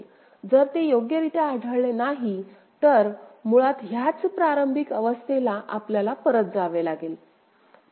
जर ते योग्यरित्या आढळले नाही तर मुळात ह्याच प्रारंभिक अवस्थेला आपल्याला परत जावे लागेल